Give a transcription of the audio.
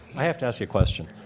i have to ask you a question.